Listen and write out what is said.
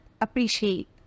appreciate